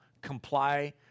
comply